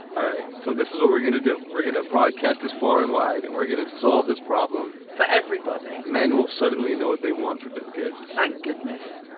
all right. so this is what we're gonna do. we're going to broadcast this far and wide and we're going to solve this problem for everybody. men will suddenly know what they want as gifts. thank goodness